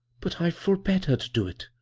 but i forbade her to do it